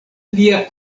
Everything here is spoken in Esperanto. lia